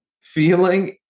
feeling